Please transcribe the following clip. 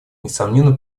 несомненно